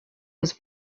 was